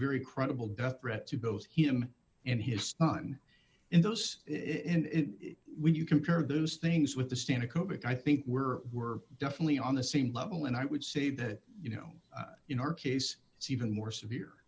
very credible death threat to both him and his son in those it and when you compare those things with the standard koblick i think we're we're definitely on the same level and i would say that you know in our case it's even more severe